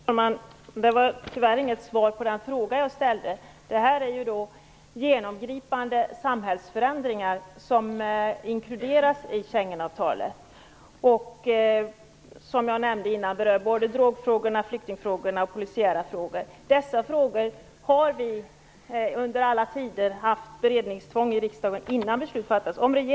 Fru talman! Det var tyvärr inget svar på den fråga jag ställde. I Schengenavtalet inkluderas genomgripande samhällsförändringar. De berör, som jag nämnde innan, drogfrågor, flyktingfrågor och polisiära frågor. Tidigare har vi haft beredningstvång i riksdagen innan beslut fattas i dessa frågor.